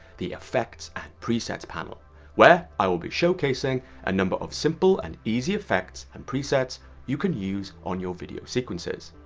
the effects and presets panel where i will be showcasing a number of simple and easy effects and presets you can use on your video sequences.